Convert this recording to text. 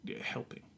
Helping